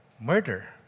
murder